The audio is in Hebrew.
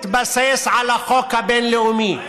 מתבסס על החוק הבין-לאומי.